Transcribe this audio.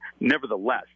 nevertheless